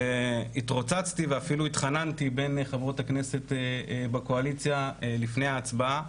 התרוצצתי ואפילו התחננתי בין חברות הכנסת בקואליציה לפני ההצבעה,